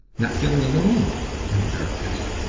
not feeling alone in the darkness.